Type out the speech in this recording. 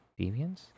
Deviants